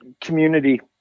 community